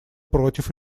против